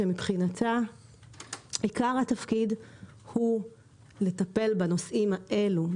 שמבחינתה עיקר התפקיד הוא לטפל בנושאים האלו,